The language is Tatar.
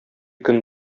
көн